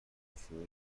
افتاده